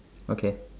okay